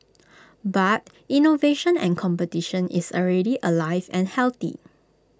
but innovation and competition is already alive and healthy